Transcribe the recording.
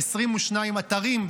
22 אתרים.